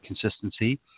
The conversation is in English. consistency